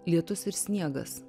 lietus ir sniegas